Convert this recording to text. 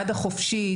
היד החופשית,